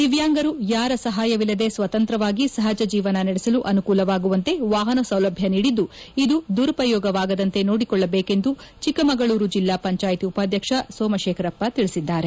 ದಿವ್ಯಾಂಗರು ಯಾರ ಸಹಾಯವಿಲ್ಲದೆ ಸ್ನತಂತ್ರವಾಗಿ ಸಹಜ ಜೀವನ ನಡೆಸಲು ಅನುಕೂಲವಾಗುವಂತೆ ವಾಹನ ಸೌಲಭ್ಯ ನೀಡಿದ್ದು ಇದು ದುರುಪಯೋಗವಾಗದಂತೆ ನೋಡಿಕೊಳ್ಳಬೇಕೆಂದು ಚಿಕ್ಕಮಗಳೂರು ಜಿಲ್ಲಾ ಪಂಚಾಯಿತಿ ಉಪಾಧ್ಯಕ್ಷ ಸೋಮಶೇಖರಪ್ಪ ತಿಳಿಸಿದರು